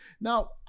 Now